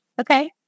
Okay